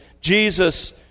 Jesus